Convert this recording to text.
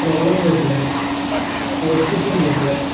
trawler ബോട്ടുകൾ spot fishing ബോട്ടുകൾ